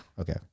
Okay